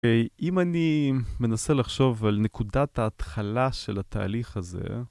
אם אני מנסה לחשוב על נקודת ההתחלה של התהליך הזה...